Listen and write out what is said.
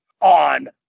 on